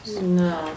No